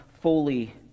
fully